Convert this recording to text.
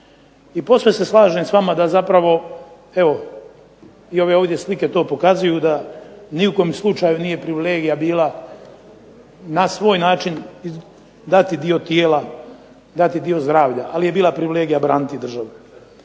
I posve se slažem s vama da zapravo, evo i ove ovdje slike to pokazuju da u ni u kom slučaju nije privilegija bila na svoj način dati dio tijela, dati dio zdravlja. Ali je bila privilegija braniti državu.